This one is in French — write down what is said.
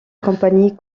compagnie